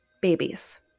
babies